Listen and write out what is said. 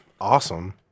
awesome